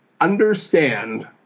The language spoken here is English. understand